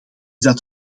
dat